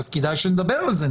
כדאי שנדבר על זה.